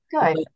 Good